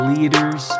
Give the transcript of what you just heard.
Leaders